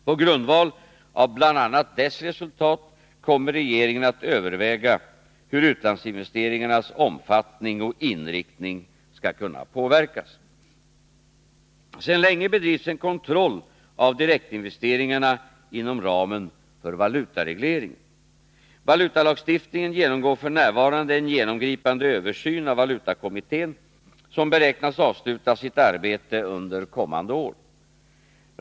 På grundval av bl.a. dess resultat kommer regeringen att överväga hur utlandsinvesteringarnas omfattning och inriktning skall kunna påverkas. Sedan länge bedrivs en kontroll av direktinvesteringarna inom ramen för valutaregleringen. Valutalagstiftningen genomgår f. n. en genomgripande översyn av valutakommittén som beräknas avsluta sitt arbete under kommande år.